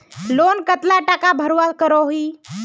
Loan कतला टाका भरवा करोही?